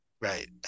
Right